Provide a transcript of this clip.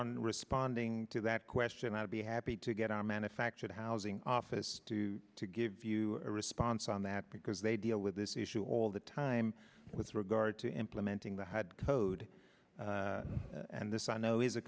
on responding to that question i would be happy to get our manufactured housing office to give you a response on that because they deal with this issue all the time with regard to implementing the hard code and this i know is a